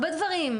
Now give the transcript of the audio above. הרבה דברים,